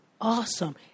awesome